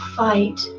fight